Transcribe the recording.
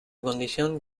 condición